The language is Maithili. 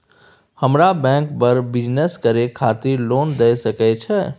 हमरा बैंक बर बिजनेस करे खातिर लोन दय सके छै?